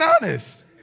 honest